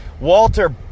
Walter